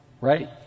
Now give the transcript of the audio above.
right